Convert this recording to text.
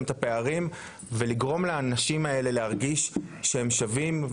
את הפערים ולגרום לאנשים האלה להרגיש שהם שווים,